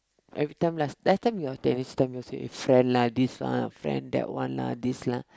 every time last last time we always this time we'll say friend lah this one a friend that one lah this lah